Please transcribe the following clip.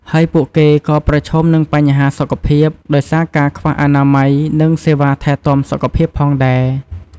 ហើយពួកគេក៏ប្រឈមនឹងបញ្ហាសុខភាព ដោយសារការខ្វះអនាម័យ និងសេវាថែទាំសុខភាពផងដែរ។